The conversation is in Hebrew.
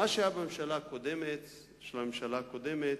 מה שהיה בממשלה הקודמת, של הממשלה הקודמת,